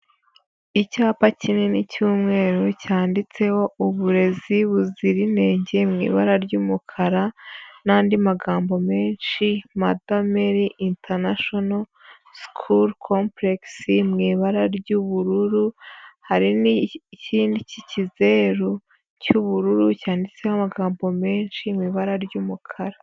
Icyapa kinini cy'umweru cyanditseho uburezi buzira inenge mu ibara ry'umukara n'andi magambo menshi mada meri intanashono sukuru kompuregisi mu ibara ry'ubururu, hari n'ikindi kikizeru cy'ubururu cyanditseho amagambo menshi mu ibara ry'umukara.